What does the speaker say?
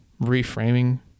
reframing